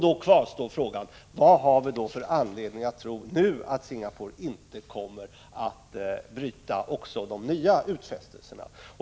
Då kvarstår frågan: Vad har vi då för anledning att nu tro att Singapore inte kommer att bryta också mot de nya utfästelserna?